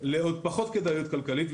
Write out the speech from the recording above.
לעוד פחות כדאיות כלכלית.